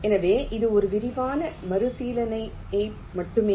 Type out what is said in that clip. எனவே இது ஒரு விரைவான மறுபரிசீலனை மட்டுமே